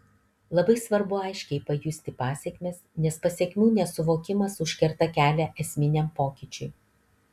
labai svarbu aiškiai pajusti pasekmes nes pasekmių nesuvokimas užkerta kelią esminiam pokyčiui